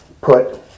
put